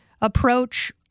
approach